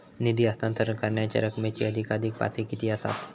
निधी हस्तांतरण करण्यांच्या रकमेची अधिकाधिक पातळी किती असात?